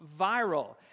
viral